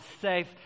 safe